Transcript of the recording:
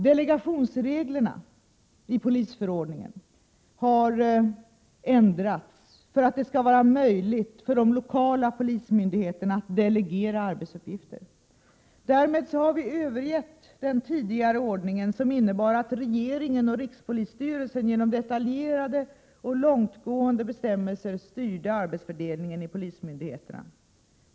Delegationsreglerna i polisförordningen har ändrats för att det skall vara ocn riKsponsstyreisen genom daetatjeraae ocn tiangtgaenae vestammeilser styrde arbetsfördelningen på polismyndigheterna.